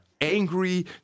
angry